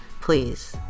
Please